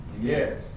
Yes